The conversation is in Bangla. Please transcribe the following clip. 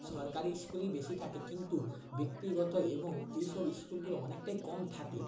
সরকারি স্কুলই বেশি থাকে কিন্তু ব্যক্তিগত এবং এইসব স্কুলগুলো অনেকটাই কম থাকে